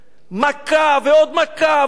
מכה ועוד מכה ועוד מכה,